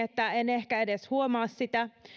että en ehkä edes huomaa sitä